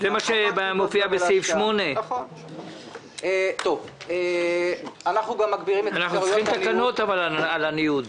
זה מופיע בסעיף 8. אבל אנחנו צריכים תקנות על הניוד.